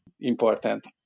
important